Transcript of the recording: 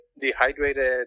dehydrated